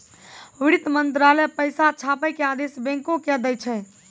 वित्त मंत्रालय पैसा छापै के आदेश बैंको के दै छै